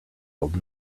old